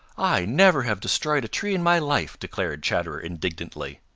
i never have destroyed a tree in my life! declared chatterer indignantly.